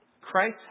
Christ